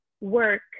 work